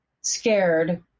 scared